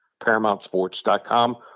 ParamountSports.com